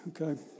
Okay